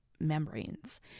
membranes